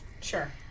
Sure